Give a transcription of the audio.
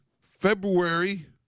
February